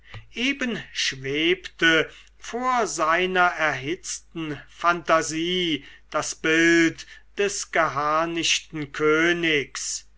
eben schwebte vor seiner erhitzten phantasie das bild des geharnischten königs